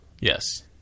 Yes